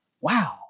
Wow